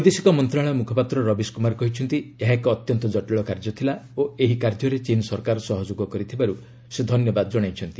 ବୈଦେଶିକ ମନ୍ତ୍ରଣାଳୟ ମୁଖପାତ୍ର ରବିଶ କୁମାର କହିଛନ୍ତି ଏହା ଏକ ଅତ୍ୟନ୍ତ କଟିଳ କାର୍ଯ୍ୟ ଥିଲା ଓ ଏହି କାର୍ଯ୍ୟରେ ଚୀନ୍ ସରକାର ସହଯୋଗ କରିଥିବାରୁ ସେ ଧନ୍ୟବାଦ ଜଣାଇଛନ୍ତି